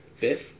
bit